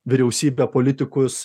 vyriausybę politikus